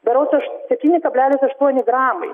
berods aš septyni kablelis aštuoni gramai